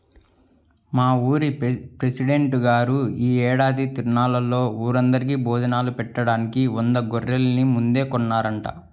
మా ఊరి పెసిడెంట్ గారు యీ ఏడాది తిరునాళ్ళలో ఊరందరికీ భోజనాలు బెట్టడానికి వంద గొర్రెల్ని ముందే కొన్నాడంట